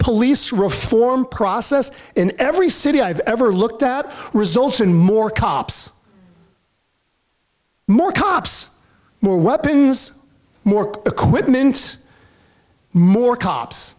police reform process in every city i've ever looked at results in more cops more cops more weapons more equipment more cops